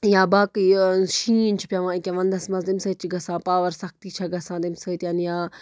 یا باقٕے شیٖن چھُ پٮ۪وان ییٚکیٛاہ وَندَس منٛز أمۍ سۭتۍ چھِ گژھان پاوَر سختی چھےٚ گژھان أمۍ سۭتۍ یا